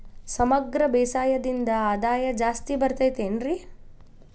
ಸಮಗ್ರ ಬೇಸಾಯದಿಂದ ಆದಾಯ ಜಾಸ್ತಿ ಬರತೈತೇನ್ರಿ?